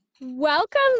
Welcome